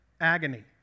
agony